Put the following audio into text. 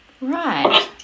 Right